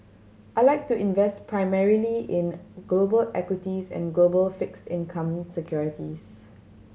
I like to invest primarily in global equities and global fixed income securities